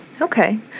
Okay